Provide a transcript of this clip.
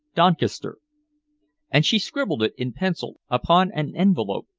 doncaster and she scribbled it in pencil upon an envelope,